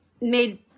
made